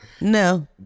No